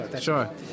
Sure